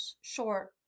short